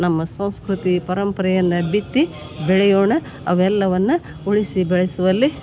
ನಮ್ಮ ಸಂಸ್ಕೃತಿ ಪರಂಪರೆಯನ್ನು ಬಿತ್ತಿ ಬೆಳೆಯೋಣ ಅವೆಲ್ಲವನ್ನು ಉಳಿಸಿ ಬೆಳೆಸುವಲ್ಲಿ